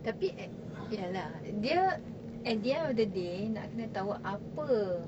tapi ya lah dia at the end of the day apa